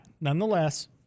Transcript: nonetheless